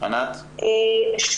--- אנחנו לא